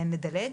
אז נדלג.